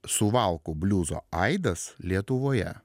suvalkų bliuzo aidas lietuvoje